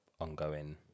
ongoing